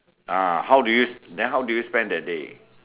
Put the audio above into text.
ah how do you then how do you spend that day